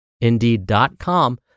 Indeed.com